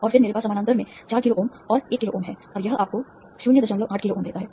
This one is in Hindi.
और फिर मेरे पास समानांतर में 4 किलो ओम और 1 किलो ओम है और यह आपको 08 किलो ओम देता है